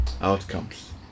outcomes